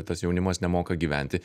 tas jaunimas nemoka gyventi